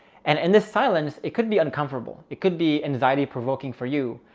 and and this silence. it could be uncomfortable, it could be anxiety provoking for you,